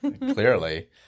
Clearly